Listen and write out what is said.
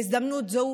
בהזדמנות זו